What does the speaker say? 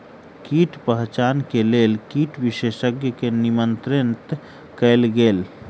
कीट पहचान के लेल कीट विशेषज्ञ के निमंत्रित कयल गेल